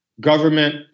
government